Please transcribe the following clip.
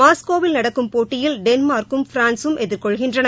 மாஸ்கோவில் நடக்கும் போட்டியில் டென்மார்க்கும் பிரான்சும் எதிர்கொள்கின்றன